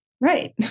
Right